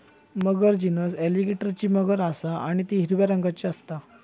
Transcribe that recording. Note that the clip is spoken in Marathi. मगर जीनस एलीगेटरची मगर असा आणि ती हिरव्या रंगाची असता